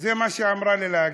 זה מה שהיא אמרה לי להגיד.